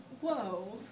Whoa